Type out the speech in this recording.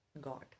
God